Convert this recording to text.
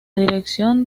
dirección